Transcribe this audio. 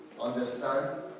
Understand